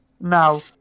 now